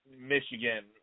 Michigan